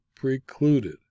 precluded